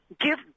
give